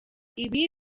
ibi